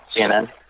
CNN